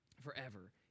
forever